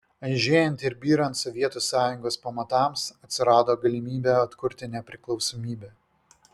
aižėjant ir byrant sovietų sąjungos pamatams atsirado galimybė atkurti nepriklausomybę